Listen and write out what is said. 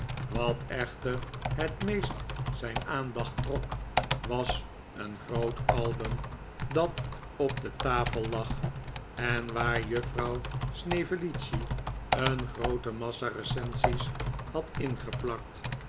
wat echter het meest zijn aandacht trok was een groot album dat op de tafel lag en waar juffrouw snevellicci eqn groote massa recensies had ingeplakt